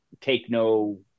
take-no